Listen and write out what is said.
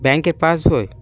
ব্যাংকের পাস বই